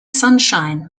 sunshine